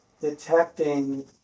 detecting